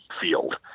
field